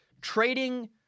trading